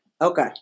Okay